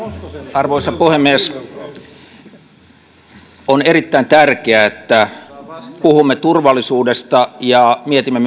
arvoisa puhemies on erittäin tärkeää että puhumme turvallisuudesta ja mietimme